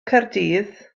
caerdydd